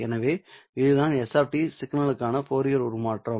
எனவே இதுதான் S சிக்னலுக்கான ஃபோரியர் உருமாற்றம்